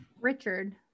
Richard